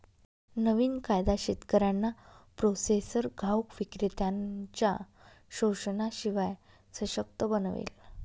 नवीन कायदा शेतकऱ्यांना प्रोसेसर घाऊक विक्रेत्त्यांनच्या शोषणाशिवाय सशक्त बनवेल